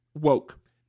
woke